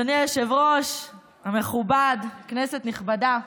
אדוני היושב-ראש המכובד, כנסת נכבדה,